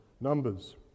Numbers